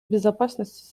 безопасности